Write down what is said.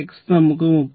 x നമുക്ക് 34